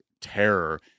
terror